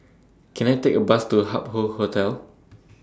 Can I Take A Bus to Hup Hoe Hotel